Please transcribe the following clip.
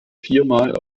viermal